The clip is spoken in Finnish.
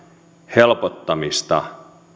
helpottamista